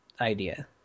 idea